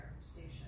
station